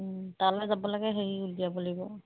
তালে যাব লাগে হেৰি উলিয়াব লাগিব